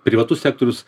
privatus sektorius